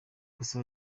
gusa